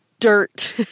dirt